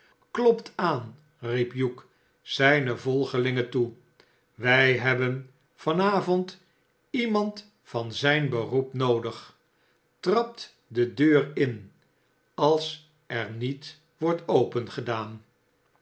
klopt aan riep hugh zijne volgelingen toe wij hebben van avond iemand van zijn beroep noodig trapt de deur in als r niet wordt